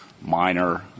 minor